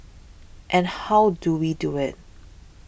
and how do we do it